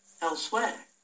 elsewhere